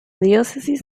diócesis